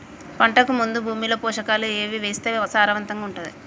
పంటకు ముందు భూమిలో పోషకాలు ఏవి వేస్తే సారవంతంగా ఉంటది?